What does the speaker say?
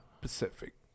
Pacific